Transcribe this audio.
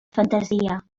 fantasia